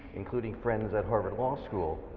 including friends at harvard law school,